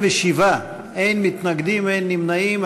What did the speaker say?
27 בעד, אין מתנגדים, אין נמנעים.